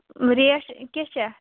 rate کیٛاہ چھِ اَتھ